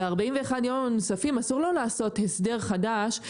ב-41 היום הנוספים אסור לו לעשות הסדר חדש.